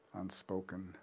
unspoken